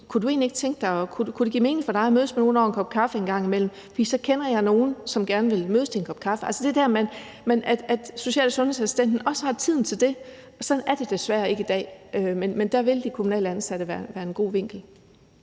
Kunne det give mening for dig at mødes med nogen over en kop kaffe en gang imellem, for så kender jeg nogen, der gerne vil mødes til en kop kaffe. Social- og sundhedsassistenten skal også have tiden til det, men sådan er det desværre ikke i dag, men der vil de kommunalt ansatte være en god vinkel.